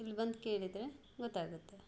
ಇಲ್ಲಿ ಬಂದು ಕೇಳಿದರೆ ಗೊತ್ತಾಗುತ್ತೆ